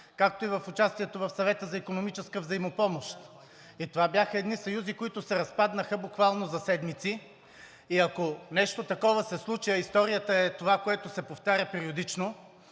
както и участието в Съвета за икономическа взаимопомощ. Това бяха едни съюзи, които се разпаднаха буквално за седмици. Ако нещо такова се случи, а историята е това, което се повтаря периодично,